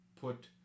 put